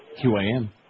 QAM